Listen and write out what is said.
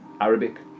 Arabic